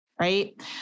right